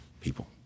people